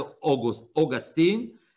Augustine